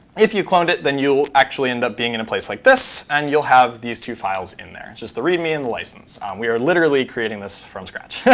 if you cloned it, then you'll actually end up being in a place like this, and you'll have these two files in there just the readme and the license. we are literally creating this from scratch. yeah